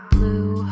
Blue